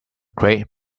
crate